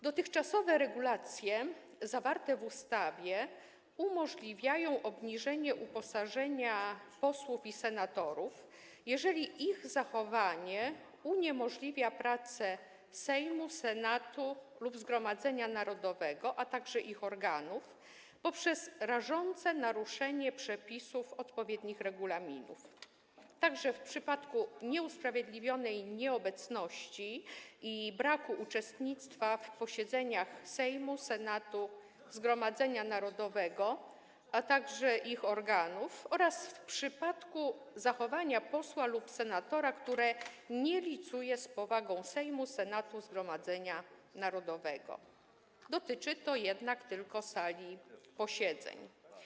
Dotychczasowe regulacje zawarte w ustawie umożliwiają obniżenie uposażenia posłów i senatorów, jeżeli ich zachowanie uniemożliwia pracę Sejmu, Senatu lub Zgromadzenia Narodowego, a także ich organów poprzez rażące naruszanie przepisów odpowiednich regulaminów, także w przypadku nieusprawiedliwionej nieobecności i braku uczestnictwa w posiedzeniach Sejmu, Senatu, Zgromadzenia Narodowego, a także ich organów oraz w przypadku zachowania posła lub senatora, które nie licuje z powagą Sejmu, Senatu i Zgromadzenia Narodowego, dotyczy to jednak tylko sali posiedzeń.